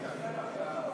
נתקבל.